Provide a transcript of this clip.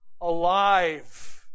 alive